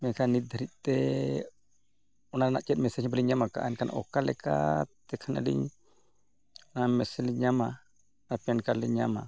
ᱢᱮᱱᱠᱷᱟᱱ ᱱᱤᱛ ᱫᱷᱟᱹᱨᱤᱡᱛᱮ ᱚᱱᱟ ᱨᱮᱱᱟ ᱪᱮᱫ ᱢᱮᱥᱮᱡᱽ ᱦᱚᱸ ᱵᱟᱹᱞᱤᱧ ᱧᱟᱢ ᱟᱠᱟᱫᱼᱟ ᱢᱮᱱᱠᱷᱟᱱ ᱚᱠᱟ ᱞᱮᱠᱟ ᱛᱮᱠᱷᱟᱱ ᱟᱹᱞᱤᱧ ᱚᱱᱟ ᱢᱮᱥᱮᱡᱽ ᱞᱤᱧ ᱧᱟᱢᱟ ᱟᱨ ᱯᱮᱱ ᱠᱟᱨᱰ ᱞᱤᱧ ᱧᱟᱢᱟ